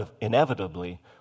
inevitably